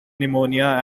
pneumonia